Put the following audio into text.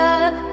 up